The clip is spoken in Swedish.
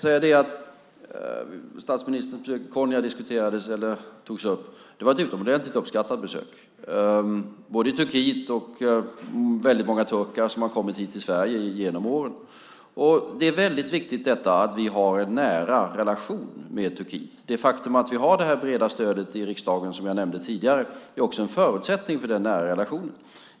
Statsministerns besök hos Konya togs upp. Det var ett utomordentligt uppskattat besök både i Turkiet och av väldigt många turkar som har kommit hit till Sverige genom åren. Det är mycket viktigt att vi har en nära relation med Turkiet. Det faktum att vi har det breda stödet i riksdagen, som jag nämnde tidigare, är också en förutsättning för den nära relationen.